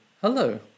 hello